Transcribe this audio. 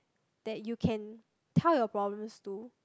that you can tell your problems to